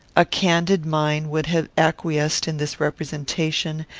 a candid mind would have acquiesced in this representation,